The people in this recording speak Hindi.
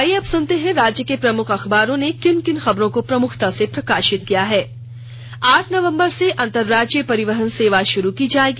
आईये अब सुनते हैं राज्य के प्रमुख अखबारों ने किन खबरों को प्रमुखता से प्रकाशित किया है आठ नवंबर से अंतरराज्यीय परिवहन सेवा शुरू की जायेगी